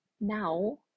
now